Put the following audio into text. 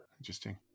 Interesting